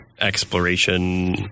exploration